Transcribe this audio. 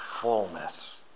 fullness